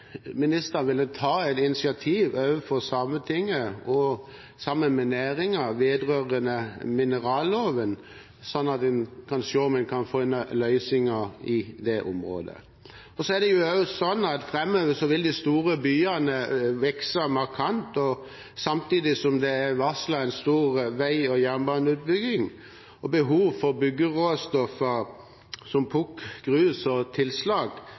ministeren ville ta et initiativ overfor Sametinget og sammen med næringen vedrørende mineralloven, sånn at en kan se om en kan få til løsninger i det området. Framover vil de store byene vokse markant, samtidig som det er varslet en stor vei- og jernbaneutbygging og behovet for byggeråstoffer som pukk, grus og tilslag